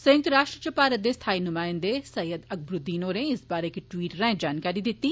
संयुक्त राश्ट्र च भारत दे स्थाई नुमायंदे सईद अकबरूद्दीन होरें इस बारे इक ट्वीट राएं जानकारी दित्ती